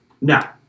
Now